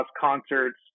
concerts